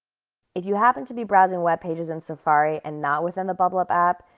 if you happen to be browsing web pages in safari and not within the bublup app,